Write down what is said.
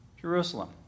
Jerusalem